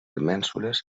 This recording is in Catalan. mènsules